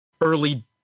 early